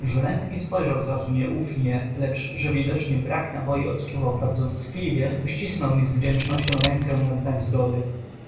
żręcki spojrzał zrazu nieufnie lecz że widocznie brak naboi odczuwał bardzo dotkliwie uścisnął mi z wdzięcznością rękę na znak zgody